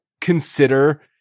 consider